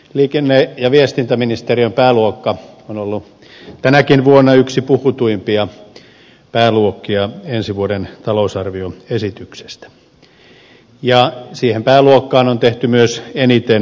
liikenne ja viestintäministeriön pääluokka on ollut tänäkin vuonna yksi puhutuimpia pääluokkia ensi vuoden talousarvioesityksestä ja siihen pääluokkaan on tehty myös eniten talousarvioaloitteita